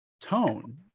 tone